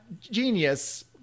genius